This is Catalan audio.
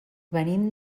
venim